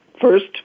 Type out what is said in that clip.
First